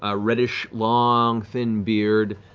ah reddish long thin beard,